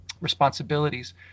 responsibilities